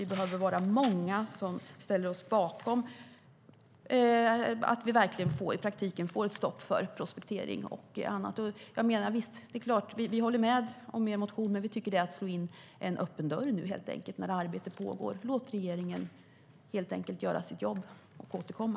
Vi behöver vara många som ställer oss bakom detta, så att vi verkligen i praktiken får ett stopp för prospektering och annat. Vi håller med om er motion. Men vi tycker helt enkelt att det är att slå in en öppen dörr nu när arbete pågår. Låt regeringen göra sitt jobb och återkomma!